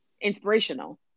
inspirational